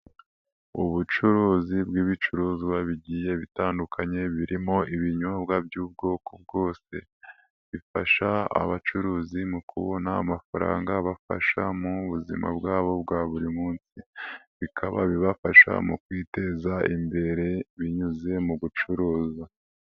Ubucuruzi bw'ibicuruzwa bigiye bitandukanye birimo ibinyobwa by'ubwoko bwose bifasha abacuruzi mu kubona amafaranga abafasha mu buzima bwabo bwa buri munsi bikaba bibafasha mu kwiteza imbere binyuze mu gucuruza.